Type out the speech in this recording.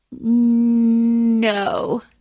No